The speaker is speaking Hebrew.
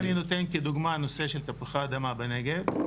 אם אני נותן כדוגמא נושא של תפוחי אדמה בנגב,